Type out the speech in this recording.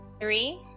three